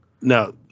now